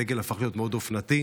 הדגל הפך להיות מאוד אופנתי.